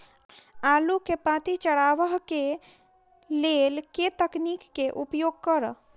आलु केँ पांति चरावह केँ लेल केँ तकनीक केँ उपयोग करऽ?